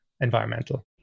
environmental